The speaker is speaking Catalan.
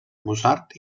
mozart